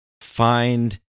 find